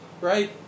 right